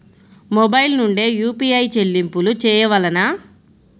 Mobile నుండే UPI చెల్లింపులు చేయవలెనా?